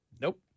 nope